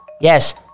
Yes